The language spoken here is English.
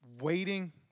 waiting